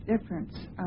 difference